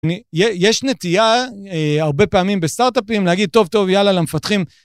יש נטייה הרבה פעמים בסטארט-אפים להגיד, טוב, טוב, יאללה, למפתחים.